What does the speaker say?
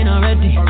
Already